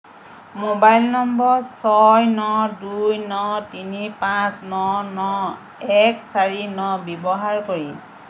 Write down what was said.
mobile number ছয় ন দুই ন তিনি পাঁচ ন ন এক চাৰি ন ব্যৱহাৰ কৰি